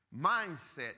mindset